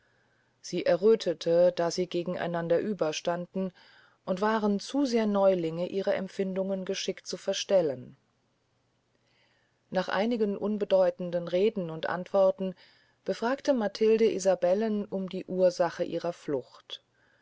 sie errötheten da sie gegen einander über standen und waren zu sehr neulinge ihre empfindungen geschickt zu verstellen nach einigen unbedeutenden reden und antworten befragte matilde isabellen um die ursache ihrer flucht